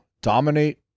dominate